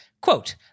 Quote